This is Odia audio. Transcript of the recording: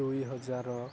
ଦୁଇ ହଜାର